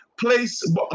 Place